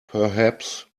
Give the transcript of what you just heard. perhaps